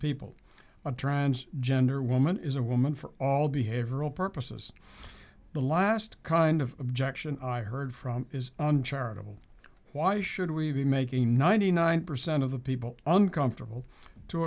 people a trans gender woman is a woman for all behavioral purposes the last kind of objection i heard from is charitable why should we be making ninety nine percent of the people uncomfortable to